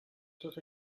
tot